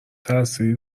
تاثیری